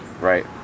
Right